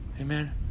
Amen